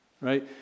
Right